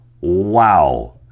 Wow